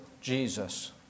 Jesus